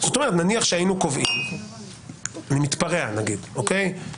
כלומר נניח שהיינו קובעים אני מתפרע - שממשלת